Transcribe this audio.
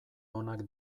onak